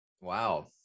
wow